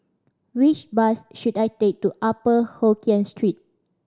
which bus should I take to Upper Hokkien Street